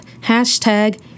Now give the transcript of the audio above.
hashtag